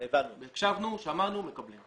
הקשבנו, שמענו, מקבלים.